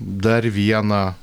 dar vieną